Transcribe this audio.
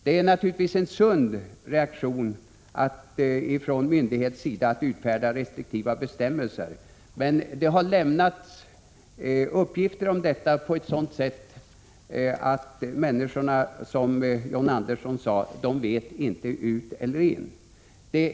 Det är naturligtvis en sund reaktion från en myndighets sida att utfärda restriktiva bestämmelser, men det har lämnats uppgifter härvidlag på ett sådant sätt att människorna — som John Andersson sade — vet varken ut eller in.